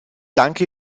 danke